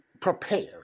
prepared